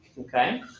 okay